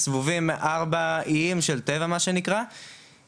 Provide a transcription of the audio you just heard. סבובים ארבע איים של טבע מה שנקרא,